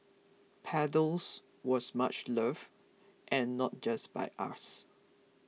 paddles was much loved and not just by us